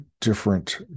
different